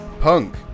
Punk